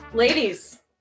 Ladies